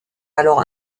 alors